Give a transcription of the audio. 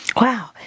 Wow